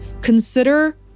consider